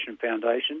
Foundation